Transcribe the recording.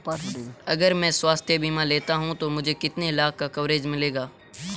अगर मैं स्वास्थ्य बीमा लेता हूं तो मुझे कितने लाख का कवरेज मिलेगा?